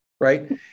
right